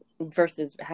versus